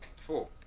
four